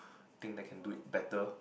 thing that can do it better